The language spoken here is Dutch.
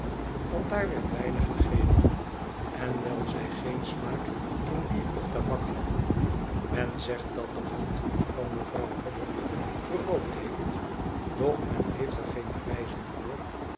want daar werd weinig gegeten en wijl zij geen smaak in bier of tabak hadden men zegt dat de hond van mevrouw hubbard gerookt heeft doch men heeft er geen bewijzen voor